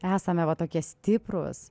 esame va tokie stiprūs